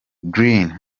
green